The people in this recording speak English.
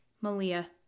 Malia